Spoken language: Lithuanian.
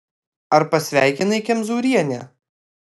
ar pasveikinai kemzūrienę